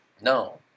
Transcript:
No